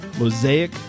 Mosaic